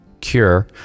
cure